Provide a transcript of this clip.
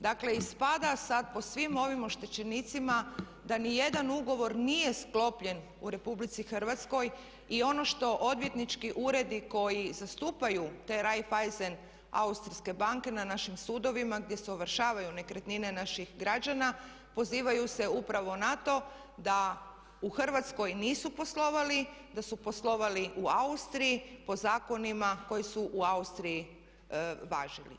Dakle, ispada sad po svim ovim oštećenicima, da ni jedan ugovor nije sklopljen u RH i ono što odvjetnički uredi koji zastupaju te Raiffeisen austrijske banke na našim sudovima gdje se ovršavaju nekretnine naših građana pozivaju se upravo na to da u Hrvatskoj nisu poslovali, da su poslovali u Austriji po zakonima koji su u Austriji važili.